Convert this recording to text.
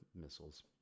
missiles